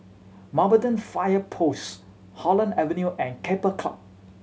Mountbatten Fire Post Holland Avenue and Keppel Club